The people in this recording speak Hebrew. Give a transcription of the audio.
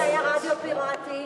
שהיה רדיו פיראטי,